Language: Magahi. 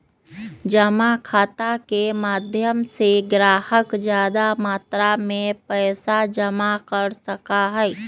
जमा खाता के माध्यम से ग्राहक ज्यादा मात्रा में पैसा जमा कर सका हई